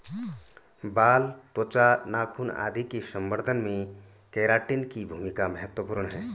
बाल, त्वचा, नाखून आदि के संवर्धन में केराटिन की भूमिका महत्त्वपूर्ण है